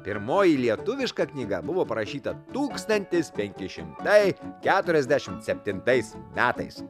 pirmoji lietuviška knyga buvo parašyta tūkstantis penki šimtai keturiasdešimt septintais metais